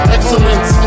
Excellence